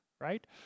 right